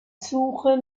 suche